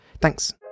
Thanks